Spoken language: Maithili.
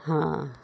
हँ